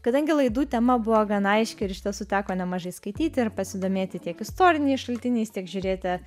kadangi laidų tema buvo gan aiški ir iš tiesų teko nemažai skaityti ir pasidomėti tiek istoriniais šaltiniais tiek žiūrėti